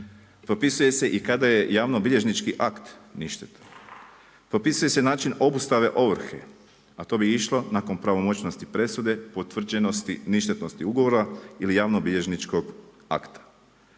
Propisuje se i kada je javno-bilježnički akt ništetan. Propisuje se način obustave ovrhe, a to bi išlo nakon pravomoćnosti presude potvrđenosti ništetnosti ugovora ili javno-bilježničkog akta.